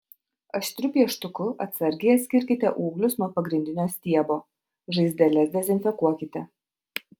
aštriu pieštuku atsargiai atskirkite ūglius nuo pagrindinio stiebo žaizdeles dezinfekuokite